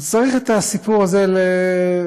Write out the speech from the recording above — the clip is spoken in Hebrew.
צריך את הסיפור הזה לחלק,